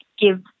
give